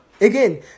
again